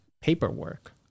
paperwork